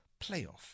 playoff